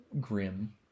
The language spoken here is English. grim